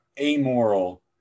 amoral